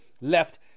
left